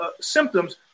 symptoms